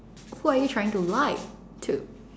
who are you trying to lie to